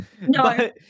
No